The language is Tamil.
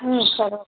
ம் சரி ஓகே